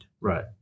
Right